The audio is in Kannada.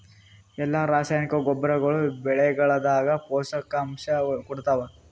ಎಲ್ಲಾ ರಾಸಾಯನಿಕ ಗೊಬ್ಬರಗೊಳ್ಳು ಬೆಳೆಗಳದಾಗ ಪೋಷಕಾಂಶ ಕೊಡತಾವ?